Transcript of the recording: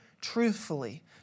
truthfully